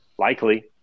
Likely